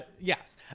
yes